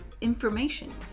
information